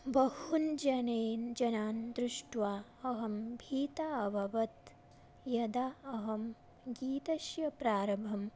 बहून् जनान् जनान् दृष्ट्वा अहं भीता अभवं यदा अहं गीतस्य प्रारभं